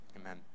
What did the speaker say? Amen